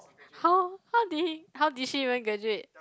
how how did he how did she even graduate